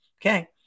Okay